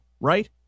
right